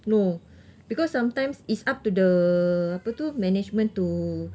no because sometimes it's up to the apa tu management to